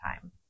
time